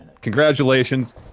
congratulations